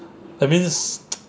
that means